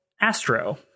Astro